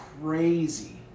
crazy